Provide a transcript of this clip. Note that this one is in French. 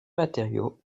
matériaux